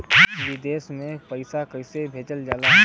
विदेश में पैसा कैसे भेजल जाला?